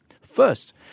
first